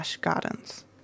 gardens